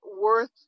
worth